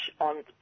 on